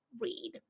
read